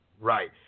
Right